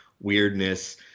weirdness